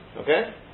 Okay